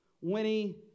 Winnie